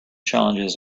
challenges